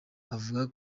avuga